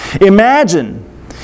Imagine